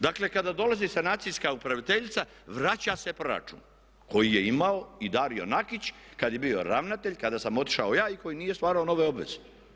Dakle kada dolazi sanacijska upraviteljica vraća se proračun koji je imao i Dario Nakić kada je bio ravnatelj, kada sam otišao ja i koji nije stvarao nove obveze.